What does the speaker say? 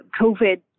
COVID